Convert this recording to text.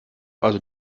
also